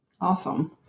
Awesome